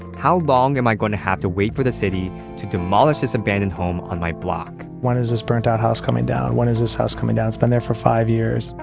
how long am i going to have to wait for the city to demolish this abandoned home on my block? when is this burnt-out house coming down? when is this house coming down? it's been there for five years.